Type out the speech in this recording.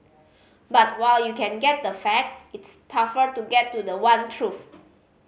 but while you can get the fact it's tougher to get to the one truth